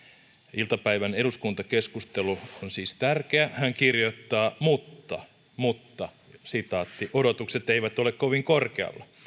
iltapäivän eduskuntakeskustelu on siis tärkeä hän kirjoittaa mutta mutta odotukset eivät ole kovin korkealla